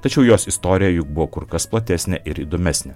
tačiau jos istorija juk buvo kur kas platesnė ir įdomesnė